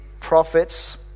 prophets